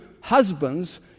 husbands